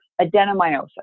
adenomyosis